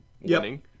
winning